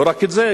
לא רק זה,